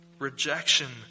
rejection